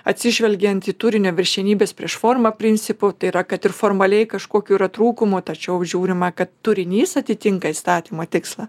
atsižvelgiant į turinio viršenybės prieš formą principu tai yra kad ir formaliai kažkokių yra trūkumų tačiau žiūrima kad turinys atitinka įstatymo tikslą